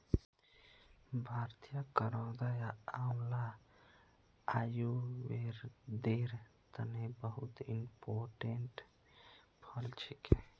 भारतीय करौदा या आंवला आयुर्वेदेर तने बहुत इंपोर्टेंट फल छिके